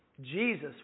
Jesus